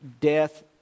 death